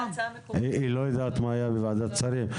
בוועדת שרים.